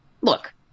look